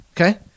Okay